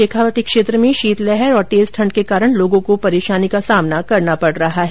शेखावाटी क्षेत्र में शीतलहर और तेज ठंड के कारण लोगों को परेशानी का सामना करना पड़ रहा है